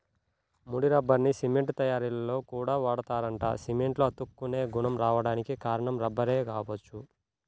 ముడి రబ్బర్ని సిమెంట్ తయ్యారీలో కూడా వాడతారంట, సిమెంట్లో అతుక్కునే గుణం రాడానికి కారణం రబ్బరే గావచ్చు